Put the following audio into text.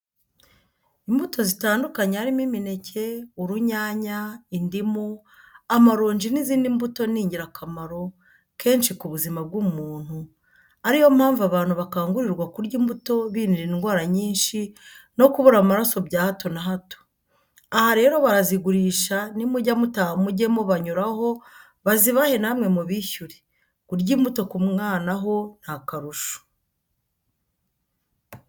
Inbuto zitandukanye harimo imineke, urunyanya, indimu, amarongi n'izindi mbuto ni ingirakamaro, kenshi kubuzima bw'umuntu ariyo mpamvu abantu bakangurirwa kurya imbuto birinda indwara nyisnhi no kubura amaraso bya hato na hato. Aha rero barazigurisha nimujya mutaha mujye mubanyuraho bazibahe namwe mubishyure. Kurya imbuto ku mwanaho ni akarusho.